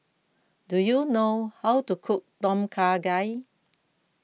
do you know how to cook Tom Kha Gai